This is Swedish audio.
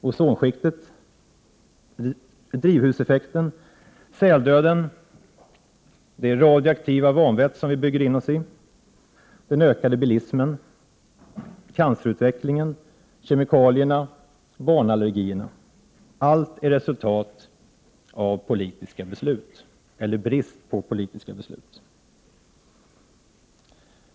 Ozonskiktet, drivhuseffekten, säldöden, det radioaktiva vanvettet som vi bygger in oss i, den ökande bilismen, cancerutvecklingen, kemikalierna, barnallergierna — allt är resultat av politiska beslut, eller brist på politiska beslut.